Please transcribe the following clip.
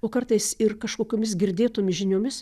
o kartais ir kažkokiomis girdėtomis žiniomis